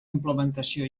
implementació